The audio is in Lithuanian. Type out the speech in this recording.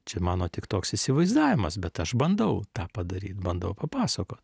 čia mano tik toks įsivaizdavimas bet aš bandau tą padaryt bandau papasakot